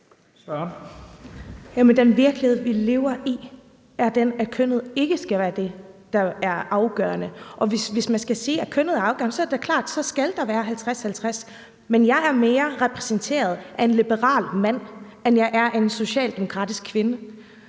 den virkelighed, vi lever i, er den, at kønnet ikke skal være det, der er afgørende. Hvis man skal sige, at kønnet er afgørende, så er det da klart, at der skal være en 50-50-fordeling, men jeg er mere repræsenteret af en liberal mand, end jeg er af en socialdemokratisk kvinde.